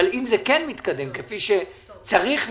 אבל אם זה כן מתקדם כפי שצריך להיות,